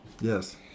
Yes